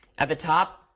at the top,